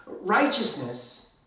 Righteousness